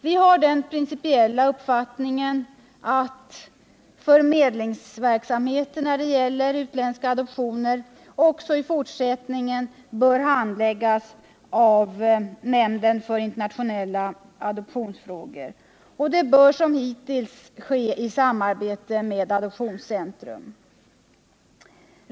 Vi har den principiella uppfattningen att ärenden som gäller utländska adoptioner även i fortsättningen bör handläggas av nämnden för internationella adoptionsfrågor, och det bör som hittills ske i samarbete med Adoptionscentrum.